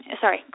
sorry